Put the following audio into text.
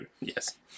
Yes